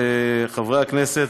חברי הכנסת,